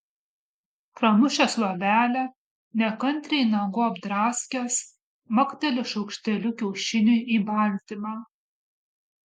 pramušęs luobelę nekantriai nagu apdraskęs makteli šaukšteliu kiaušiniui į baltymą